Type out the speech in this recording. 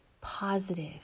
positive